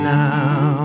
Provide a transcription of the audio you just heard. now